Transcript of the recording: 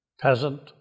peasant